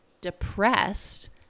depressed